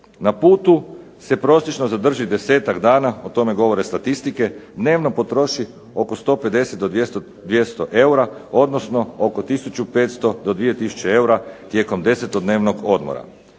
Na putu se prosječno zadrži desetak dana, o tome govore statistike, dnevno potroši oko 150 do 200 eura, odnosno oko 1500 do 2000 eura tijekom desetodnevnog odmora.